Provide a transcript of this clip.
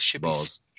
balls